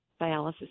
dialysis